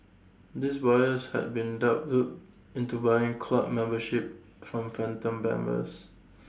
these buyers had been duped into buying club membership from phantom members